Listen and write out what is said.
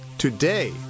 Today